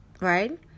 right